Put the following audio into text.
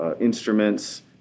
instruments